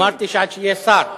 אמרתי שעד שיהיה שר.